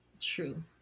true